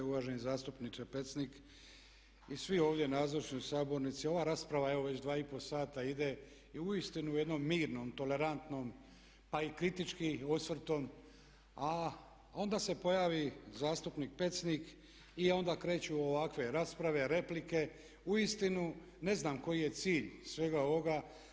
Uvaženi zastupniče Pecnik i svi ovdje nazočni u sabornici, ova rasprava evo već 2,5 sata ide i uistinu u jednom mirnom, tolerantnom, pa i kritički osvrtom a onda se pojavi zastupnik Pecnik i onda kreću ovakve rasprave, replike, uistinu ne znam koji je cilj svega ovoga.